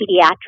Pediatrics